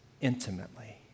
intimately